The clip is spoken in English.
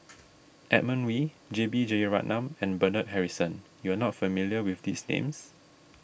Edmund Wee J B Jeyaretnam and Bernard Harrison you are not familiar with these names